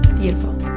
beautiful